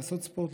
לעשות ספורט,